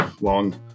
Long